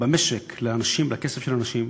במשק לכסף של אנשים,